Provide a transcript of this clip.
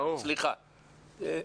סליחה.